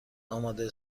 آماده